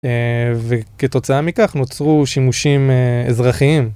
וכתוצאה מכך נוצרו שימושים אזרחיים.